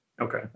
Okay